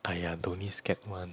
!aiya! don't need scared one